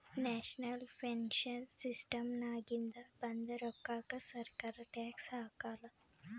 national pension ಸಿಸ್ಟಮ್ನಾಗಿಂದ ಬಂದ್ ರೋಕ್ಕಾಕ ಸರ್ಕಾರ ಟ್ಯಾಕ್ಸ್ ಹಾಕಾಲ್